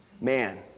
Man